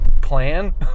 plan